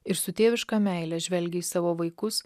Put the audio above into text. ir su tėviška meile žvelgia į savo vaikus